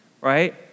right